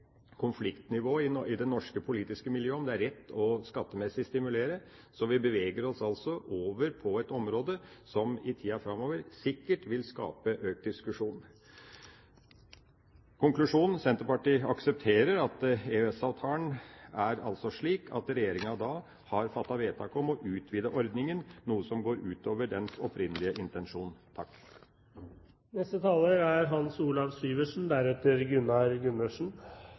i det norske politiske miljø om det er rett skattemessig å stimulere. Vi beveger oss altså over på et område som i tida framover sikkert vil skape økt diskusjon. Konklusjon: Senterpartiet aksepterer at EØS-avtalen er slik at regjeringa har fattet vedtak om å utvide ordninga, noe som går ut over den opprinnelige intensjonen.